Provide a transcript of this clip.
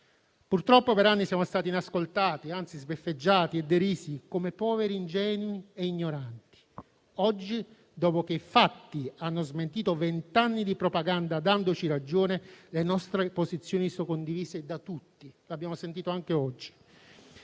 Purtroppo per anni siamo stati inascoltati, anzi sbeffeggiati e derisi come poveri ingenui e ignoranti. Oggi, dopo che i fatti hanno smentito vent'anni di propaganda dandoci ragione, le nostre posizioni sono condivise da tutti, lo abbiamo sentito anche oggi.